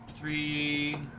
Three